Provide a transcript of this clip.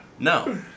No